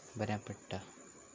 बऱ्याक पडटा